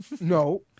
No